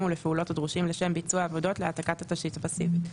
ולפעולות הדרושים לשם ביצוע עבודות להעתקת תשתית פסיבית,